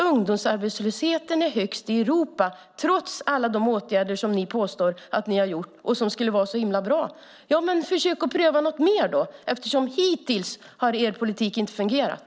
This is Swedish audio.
Ungdomsarbetslösheten i Sverige är högst i Europa, trots alla de åtgärder som ni påstår att ni har genomfört och som skulle vara så himla bra. Men försök då att pröva något mer eftersom er politik hittills inte har fungerat!